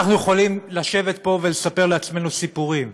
אנחנו יכולים לשבת פה ולספר לעצמנו סיפורים,